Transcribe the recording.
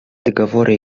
договоры